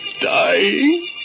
Dying